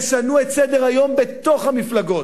תשנו את סדר-היום בתוך המפלגות.